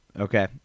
Okay